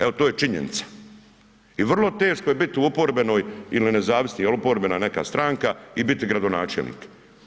Evo to je činjenica i vrlo teško je bit u oporbenoj ili nezavisni ili oporbena neka stranka i biti gradonačelnik.